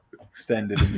extended